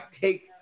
take